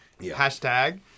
Hashtag